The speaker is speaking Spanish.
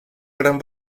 gran